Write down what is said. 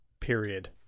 Period